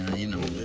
you know.